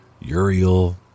Uriel